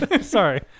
Sorry